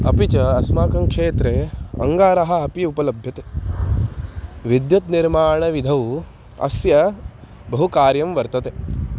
अपि च अस्माकं क्षेत्रे अङ्गारः अपि उपलबभ्यते विद्युत् निर्माणविधौ अस्य बहुकार्यं वर्तते